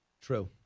True